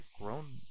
grown